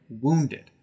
wounded